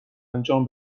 انجام